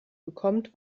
bekommt